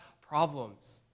problems